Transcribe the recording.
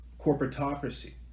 corporatocracy